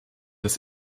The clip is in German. das